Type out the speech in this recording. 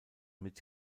mit